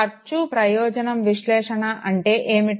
ఖర్చు ప్రయోజనం విశ్లేషణ అంటే ఏమిటి